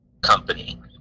company